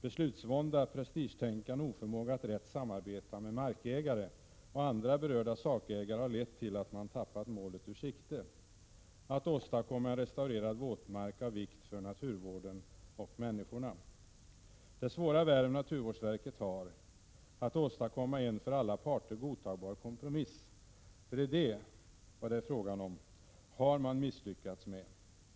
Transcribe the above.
Beslutsvånda, prestigetänkande och oförmåga att rätt samarbeta med markägare och andra berörda sakägare har lett till att man tappat målet ur sikte: att åstadkomma en restaurerad våtmark av vikt för naturvården och människorna. Det svåra värv naturvårdsverket har att åstadkomma, en för alla parter godtagbar kompromiss — för det är vad det är fråga om här — har man misslyckats med!